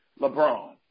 LeBron